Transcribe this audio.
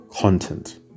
content